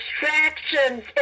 distractions